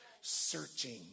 searching